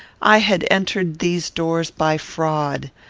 i had entered these doors by fraud.